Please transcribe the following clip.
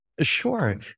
Sure